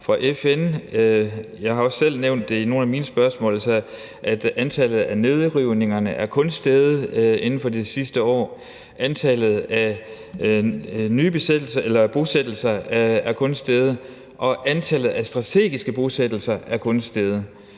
fra FN. Jeg har også selv i nogle af mine spørgsmål nævnt, at antallet af nedrivninger kun er steget inden for det sidste år, at antallet af nye bosættelser kun er steget, og at antallet af strategiske bosættelser kun er steget.